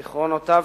זיכרונותיו,